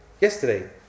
Yesterday